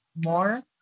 more